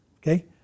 okay